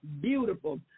beautiful